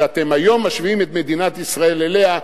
שהיום אתם משווים את מדינת ישראל אליה,